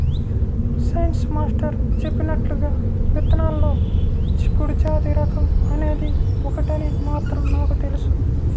science master చెప్పినట్లుగా విత్తనాల్లో చిక్కుడు జాతి రకం అనేది ఒకటని మాత్రం నాకు తెలుసు